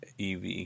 EV